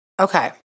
Okay